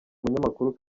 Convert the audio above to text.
umunyamakuru